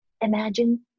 Imagine